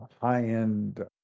high-end